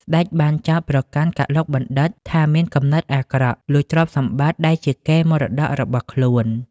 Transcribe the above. ស្តេចបានចោទប្រកាន់កឡុកបណ្ឌិតថាមានគំនិតអាក្រក់ លួចទ្រព្យសម្បត្តិដែលជាកេរ្តិ៍មរតករបស់ខ្លួន។